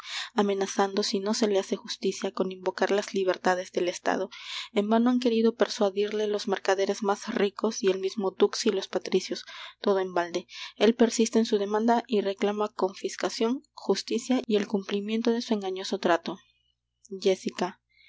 amenazando si no se le hace justicia con invocar las libertades del estado en vano han querido persuadirle los mercaderes más ricos y el mismo dux y los patricios todo en balde él persiste en su demanda y reclama confiscacion justicia y el cumplimiento de su engañoso trato